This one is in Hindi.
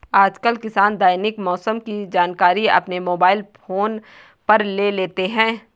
आजकल किसान दैनिक मौसम की जानकारी अपने मोबाइल फोन पर ले लेते हैं